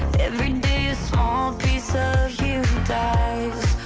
every day a small piece of you dies